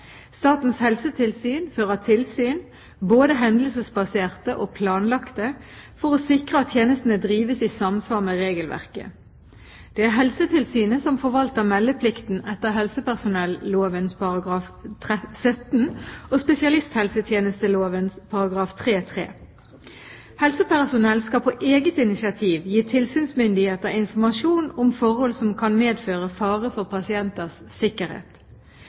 Statens helsetilsyn fører tilsyn, både hendelsesbaserte og planlagte, for å sikre at tjenestene drives i samsvar med regelverket. Det er Helsetilsynet som forvalter meldeplikten etter helsepersonelloven § 17 og spesialisthelsetjenesteloven § 3-3. Helsepersonell skal på eget initiativ gi tilsynsmyndigheter informasjon om forhold som kan medføre fare for pasienters sikkerhet.